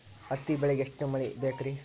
ಹತ್ತಿ ಬೆಳಿಗ ಎಷ್ಟ ಮಳಿ ಬೇಕ್ ರಿ?